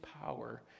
power